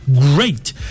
great